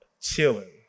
chilling